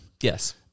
Yes